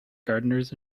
gardeners